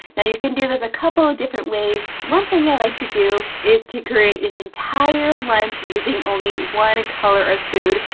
now you can do this a couple of different ways. one thing i like to do, is to create an entire lunch using only one color of food.